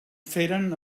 feren